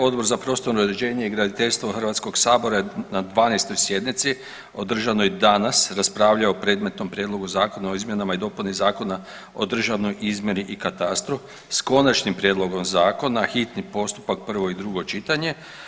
Odbor za prostorno uređenje i graditeljstvo HS-a je na 12. sjednici održanoj danas raspravljao o predmetnom Prijedlogu zakona o izmjeni i dopuni Zakona o državnoj izmjeri i katastru, s Konačnim prijedlogom Zakona, hitni postupak, prvo i drugo čitanje.